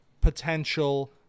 potential